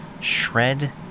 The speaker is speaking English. Shred